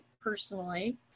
personally